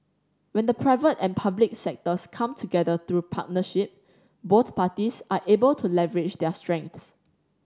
when the private and public sectors come together through partnership both parties are able to leverage their strengths